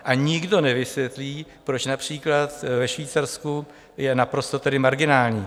A nikdo nevysvětlí, proč například ve Švýcarsku je naprosto marginální.